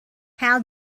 how